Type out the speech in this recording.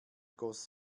goss